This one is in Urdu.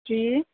جی